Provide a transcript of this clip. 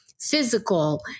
physical